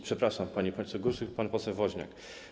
Przepraszam, pani poseł Górska, pan poseł Woźniak.